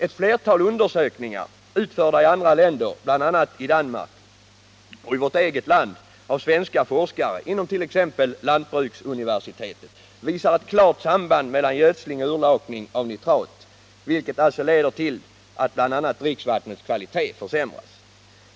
Ett flertal undersökningar, utförda i andra länder, bl.a. Danmark, och i vårt eget land av svenska forskare inom t.ex. lantbruksuniversitetet, visar ett klart samband mellan gödsling och utlakning av nitrat, vilket alltså leder till att bl.a. dricksvattnets kvalitet försämras.